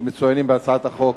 שמצוינים בהצעת החוק,